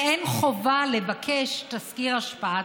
ואין חובה לבקש תסקיר השפעה.